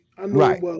Right